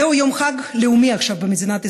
זהו יום חג לאומי עכשיו במדינת ישראל,